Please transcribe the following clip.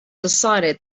decided